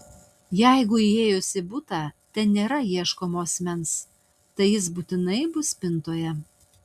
jeigu įėjus į butą ten nėra ieškomo asmens tai jis būtinai bus spintoje